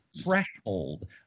threshold